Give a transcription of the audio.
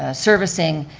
ah servicing,